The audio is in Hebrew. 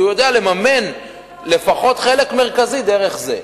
כי הוא יודע לממן לפחות חלק מרכזי דרך זה.